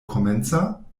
komenca